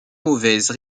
mauvaise